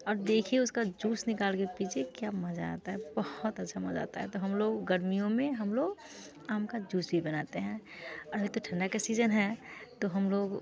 और देखिए उसका जूस निकाल कर पीजिए क्या मज़ा आता है बहुत अच्छा मज़ा आता है तो हम लोग गर्मियों में हम लोग आम का जूस भी बनाते हैं और एक तो ठंडी का सीजन है तो हम लोग